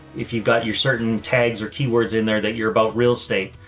if you've got your certain tags or keywords in there that you're about real estate,